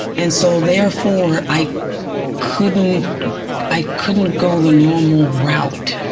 and so therefore i couldn't i couldn't go the normal route.